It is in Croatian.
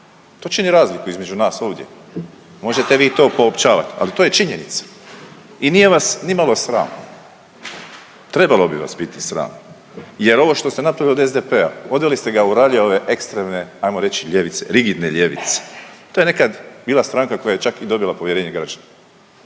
to čini razliku između nas ovdje, možete vi to poopćavat, ali to je činjenica i nije vas nimalo sram, trebalo bi vas biti sram jer ovo što ste napravili od SDP-a, odveli ste ga u ralje ove ekstremne ajmo reć ljevice, rigidne ljevice. To je nekad bila stranka koja je čak i dobila povjerenje građana.